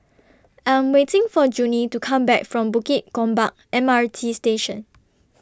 I'm waiting For Junie to Come Back from Bukit Gombak M R T Station